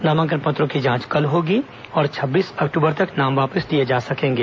नामांकन पत्रों की जांच कल होगी और छब्बीस अक्टूबर तक नाम वापस लिए जा सकेंगे